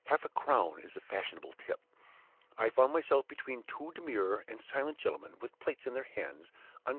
half a crown is the fashionable tip i found myself between two demure and silent gentlemen, with plates in their hands,